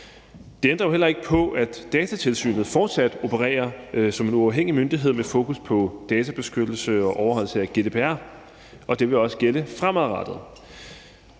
Det ændrer jo heller ikke på, at Datatilsynet fortsat opererer som en uafhængig myndighed med fokus på databeskyttelse og overholdelse af GDPR. Det vil også gælde fremadrettet.